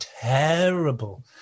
terrible